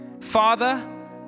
Father